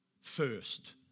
first